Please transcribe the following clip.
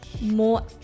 more